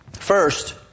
First